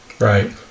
Right